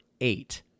eight